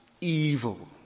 evil